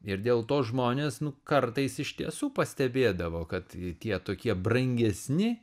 ir dėl to žmonės kartais iš tiesų pastebėdavo kad tie tokie brangesni